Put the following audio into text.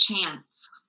chance